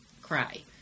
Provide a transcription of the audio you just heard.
cry